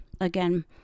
Again